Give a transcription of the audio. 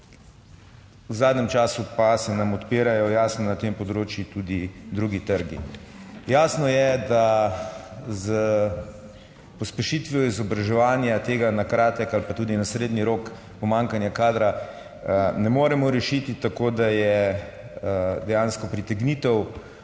v zadnjem času pa se nam odpirajo jasno na tem področju tudi drugi trgi. Jasno je, da s pospešitvijo izobraževanja tega na kratek ali pa tudi na srednji rok pomanjkanja kadra ne moremo rešiti, tako da je dejansko pritegnitev